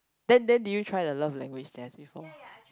then then did you try the love language test before